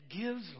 gives